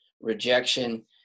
rejection